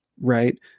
right